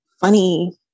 funny